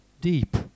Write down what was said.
deep